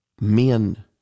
men